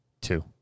Two